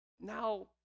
Now